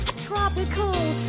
tropical